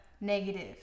negative